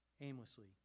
aimlessly